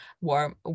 warm